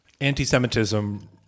anti-semitism